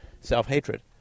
self-hatred